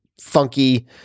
funky